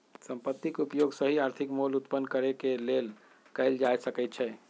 संपत्ति के उपयोग सही आर्थिक मोल उत्पन्न करेके लेल कएल जा सकइ छइ